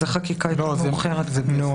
זאת חקיקה מאוחרת יותר.